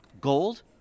Gold